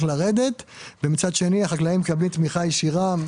לרדת והחקלאים מקבלים תמיכה ישירה.